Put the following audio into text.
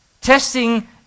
testing